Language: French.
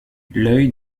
l’œil